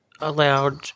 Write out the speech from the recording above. Allowed